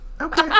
okay